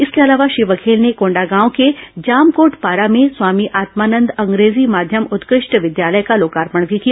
इसके अलावा श्री बघेल ने कोंडांगांव के जामकोटपारा में स्वामी आत्मानंद अंग्रेजी माध्यम उत्कृष्ट विद्यालय का लोकार्पण किया